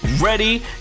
ready